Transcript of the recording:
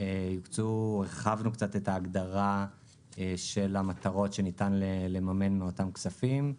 יוקצו הרחבנו קצת את ההגדרה של המטרות שניתן לממן מאותם כספים.